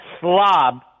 slob